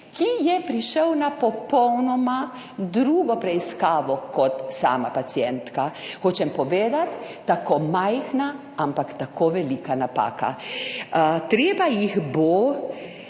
ki je prišel na popolnoma drugo preiskavo kot sama pacientka. Hočem povedati, tako majhna, ampak tako velika napaka. Treba jih bo